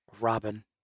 Robin